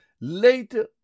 later